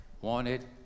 wanted